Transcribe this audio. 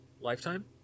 lifetime